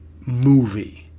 movie